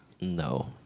No